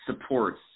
supports